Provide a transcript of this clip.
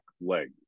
leg